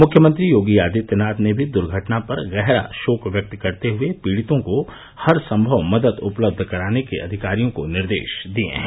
मुख्यमंत्री योगी आदित्यनाथ ने भी दुर्घटना पर गहरा शोक व्यक्त करते हुए पीड़ितों को हरसंभव मदद उपलब्ध कराने के अधिकारियों को निर्देश दिए हैं